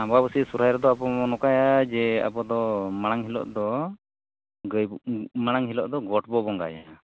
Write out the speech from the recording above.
ᱟᱸᱵᱟᱵᱟᱹᱥᱤᱭᱟᱹ ᱥᱚᱨᱦᱟᱭ ᱨᱮᱫᱚ ᱟᱵᱚᱵᱚ ᱱᱚᱠᱟᱭᱟ ᱡᱮ ᱟᱵᱚᱫᱚ ᱢᱟᱲᱟᱝ ᱦᱤᱞᱳᱜᱫᱚ ᱢᱟᱲᱟᱝ ᱦᱤᱚᱞᱳᱜᱫᱚ ᱜᱚᱴᱵᱚ ᱵᱚᱸᱜᱟᱭᱟ